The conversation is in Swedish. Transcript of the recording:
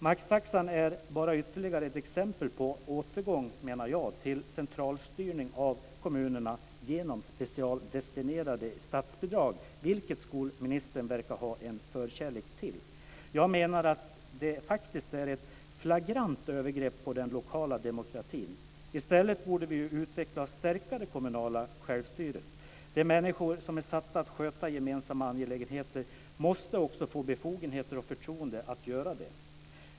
Maxtaxan är bara ytterligare ett exempel på återgång, menar jag, till centralstyrning av kommunerna genom specialdestinerade statsbidrag, vilket skolministern verkar ha en förkärlek för. Jag menar att det faktiskt är ett flagrant övergrepp på den lokala demokratin. I stället borde vi utveckla och stärka det kommunala självstyret. De människor som är satta att sköta gemensamma angelägenheter måste också få befogenheter och förtroende att göra det.